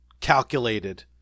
calculated